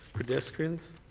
pedestrians,